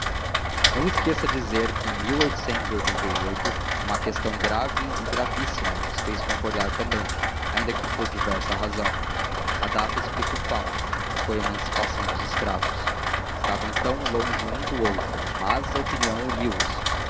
não esqueça dizer que em uma questão grave e gravíssima os fez concordar também ainda que por diversa razão a data explica o fato foi a emancipação dos escravos estavam então longe um do outro mas a opinião uniu os